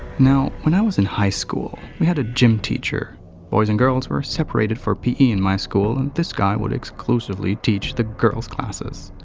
now, when i was in high school, we had a gym teacher boys and girls were separated for pe in my school and this guy would exclusively teach the girls classes.